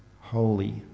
holy